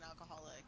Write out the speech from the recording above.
alcoholic